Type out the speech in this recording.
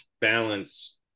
balance